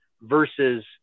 versus